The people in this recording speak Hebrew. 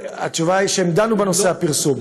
אז התשובה היא שהם דנו בנושא הפרסום.